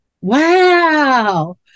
wow